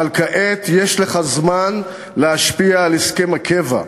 אבל כעת יש לך זמן להשפיע על הסכם הקבע.